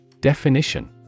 Definition